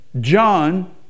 John